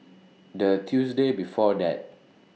The Tuesday before that